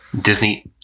Disney